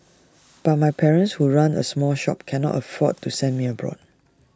but my parents who run A small shop cannot afford to send me abroad